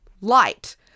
light